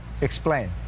Explain